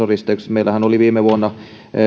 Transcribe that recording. meillähän oli viime vuonna